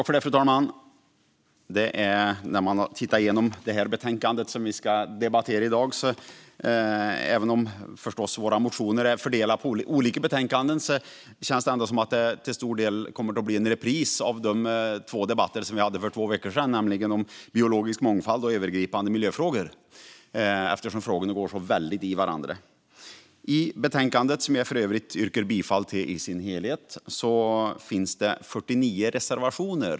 Fru talman! När man tittar igenom det betänkande vi i dag debatterar känns det, även om våra motioner förstås är fördelade på olika betänkanden, som att debatten till stor del kommer att bli en repris av de två debatter vi hade för två veckor sedan om biologisk mångfald respektive övergripande miljöfrågor, eftersom frågorna går så väldigt i varandra. I betänkandet - jag yrkar för övrigt bifall till utskottets förslag i sin helhet - finns det 49 reservationer.